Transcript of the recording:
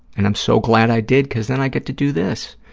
and i'm so glad i did because then i get to do this,